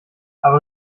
aber